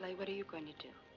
what are you going to do?